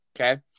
Okay